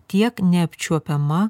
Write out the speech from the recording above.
tiek neapčiuopiama